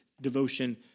devotion